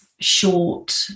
short